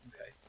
okay